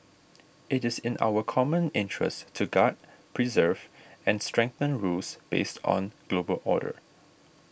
it is in our common interest to guard preserve and strengthen rules based on global order